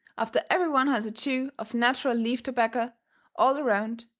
after every one has a chew of natcheral leaf tobaccer all around,